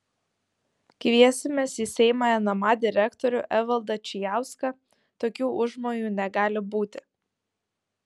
kviesimės į seimą nma direktorių evaldą čijauską tokių užmojų negali būti